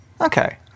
Okay